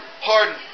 pardon